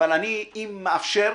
אבל אני אם אאפשר,